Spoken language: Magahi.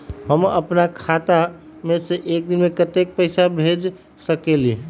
हम अपना खाता से एक दिन में केतना पैसा भेज सकेली?